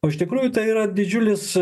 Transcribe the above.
o iš tikrųjų tai yra didžiulis